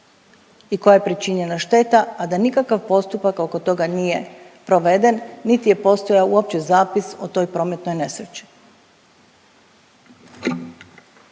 i koja je pričinjena šteta, a da nikakav postupak oko toga nije proveden niti je postojao uopće zapis o toj prometnoj nesreći.